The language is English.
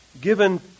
given